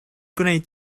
gwneud